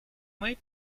mej